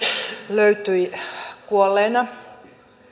löytyi kuolleena